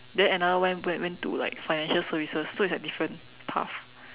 then another went went went into like financial services so it's like different path